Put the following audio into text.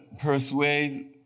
persuade